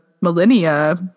millennia